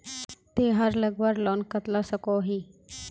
तेहार लगवार लोन कतला कसोही?